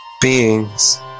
beings